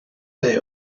they